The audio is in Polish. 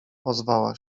ozwała